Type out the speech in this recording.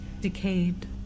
decayed